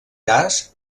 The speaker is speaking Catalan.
cas